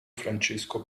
francesco